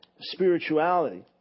spirituality